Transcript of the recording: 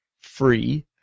free